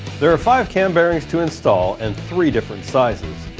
there are five cam bearings to install and three different sizes.